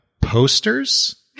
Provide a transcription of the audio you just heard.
posters